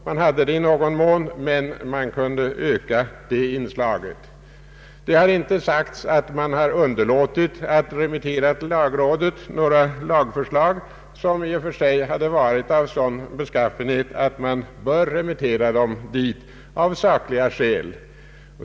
Man har haft det i någon mån, men man kan öka det inslaget. Det har inte sagts att regeringen har underlåtit att till lagrådet remittera några lagförslag som i och för sig har varit av sådan beskaffenhet att de borde ha remitterats dit av sakliga skäl.